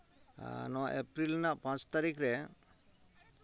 ᱱᱚᱣᱟ ᱮᱯᱨᱤᱞ ᱨᱮᱱᱟᱜ ᱯᱟᱸᱪ ᱛᱟᱹᱨᱤᱠᱷ ᱨᱮ